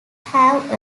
have